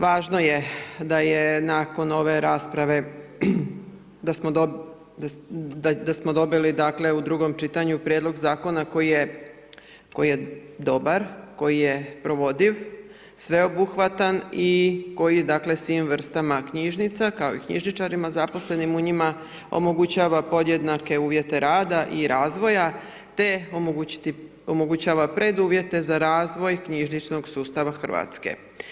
Važno je da je nakon ove rasprave, da smo dobili dakle u drugom čitanju prijedlog zakona koji je dobar, koji je provodiv, sveobuhvatan i koji svim vrstama knjižnica kao i knjižničarima zaposlenim u njima omogućava podjednake uvjete rada i razvoja te omogućava preduvjete za razvoj knjižničnog sustava Hrvatske.